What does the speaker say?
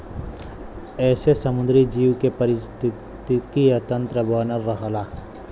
एसे समुंदरी जीव के पारिस्थितिकी तन्त्र बनल रहला